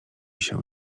się